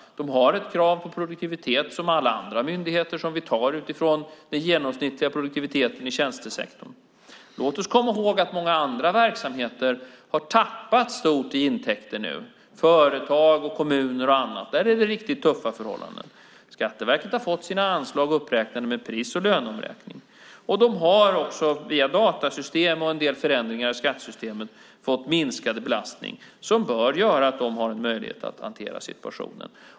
Som alla andra myndigheter har de krav på produktivitet som vi tar från den genomsnittliga produktiviteten i tjänstesektorn. Låt oss komma ihåg att många andra verksamheter har tappat stort i intäkter nu. För företag, kommuner och andra är det riktigt tuffa förhållanden. Skatteverket har fått sina anslag uppräknade med pris och löneomräkning. De har också via datasystem och en del förändringar i skattesystemet fått minskad belastning som bör göra att de har möjlighet att hantera situationen.